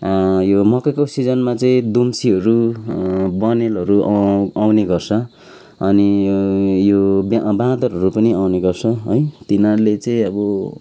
यो मकैको सिजनमा चाहिँ दुम्सीहरू बनेलहरू आउने गर्छ अनि यो ब्या बाँदरहरू पनि आउने गर्छ है तिनीहरूले चाहिँ अब